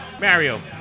Mario